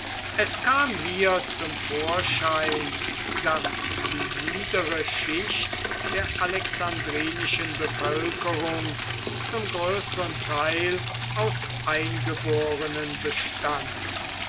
es kam hier zum vorschein daß die niedere schicht der alexandrinischen bevölkerung zum größeren teil aus eingeborenen bestand